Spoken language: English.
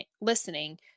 listening